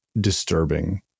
disturbing